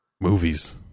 Movies